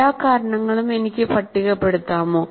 എല്ലാ കാരണങ്ങളും എനിക്ക് പട്ടികപ്പെടുത്താമോ